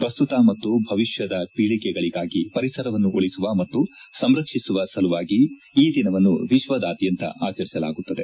ಪ್ರಸ್ತುತ ಮತ್ತು ಭವಿಷ್ಠದ ಪೀಳಿಗೆಗಳಾಗಿ ಪರಿಸರವನ್ನು ಉಳಿಸುವ ಮತ್ತು ಸಂರಕ್ಷಿಸುವ ಸಲುವಾಗಿ ಈ ದಿನವನ್ನು ವಿಶ್ವದಾದ್ಯಂತ ಆಚರಿಸಲಾಗುತ್ತದೆ